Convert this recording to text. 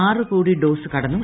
ആറ് കോടി ഡോസ് കടന്നു